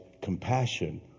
compassion